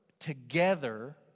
together